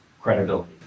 credibility